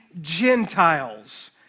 Gentiles